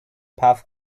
path